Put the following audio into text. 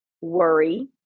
worry